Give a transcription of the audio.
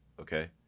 Okay